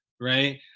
right